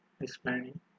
explaining